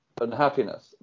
Unhappiness